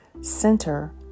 center